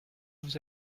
vous